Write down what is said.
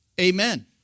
Amen